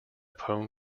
poem